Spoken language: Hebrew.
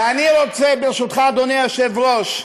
ואני רוצה, ברשותך, אדוני היושב-ראש,